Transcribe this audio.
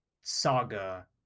Saga